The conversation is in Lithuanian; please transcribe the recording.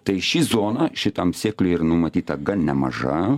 tai ši zona šitam sėkliui ir numatyta kad nemaža